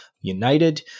United